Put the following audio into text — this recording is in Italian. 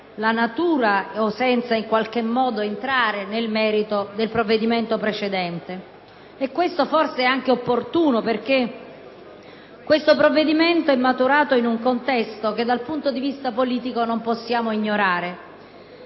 la natura o senza, in qualche modo, entrare nel merito del provvedimento precedente. Questo forse è anche opportuno perché questo provvedimento è maturato in un contesto che dal punto di vista politico non possiamo ignorare.